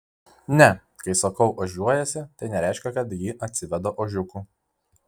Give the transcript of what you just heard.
ne kai sakau ožiuojasi tai nereiškia kad ji atsiveda ožiukų